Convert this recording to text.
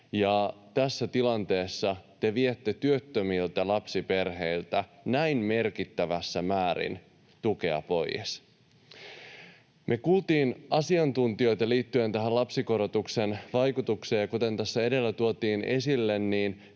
tässä tilanteessa te viette työttömiltä lapsiperheiltä näin merkittävässä määrin tukea poies. Me kuultiin asiantuntijoita liittyen tähän lapsikorotuksen vaikutukseen, ja kuten tässä edellä tuotiin esille, ne